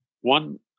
one